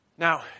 Now